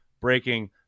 breaking